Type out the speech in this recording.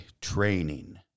training